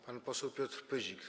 Pan poseł Piotr Pyzik.